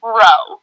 row